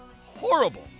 horrible